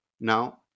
Now